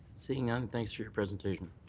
seeing none, thanks for your presentation.